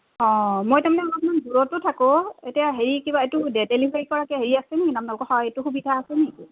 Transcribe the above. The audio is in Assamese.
অঁ মই তাৰমানে অলপমান দূৰতো থাকোঁ এতিয়া হেৰি কিবা ডে ডেলিভাৰী কৰাকৈ হেৰি আছেনি হয় সেইটো সুবিধা আছে নেকি